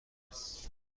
است